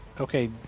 Okay